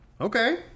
okay